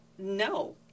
No